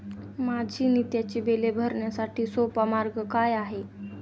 माझी नित्याची बिले भरण्यासाठी सोपा मार्ग काय आहे?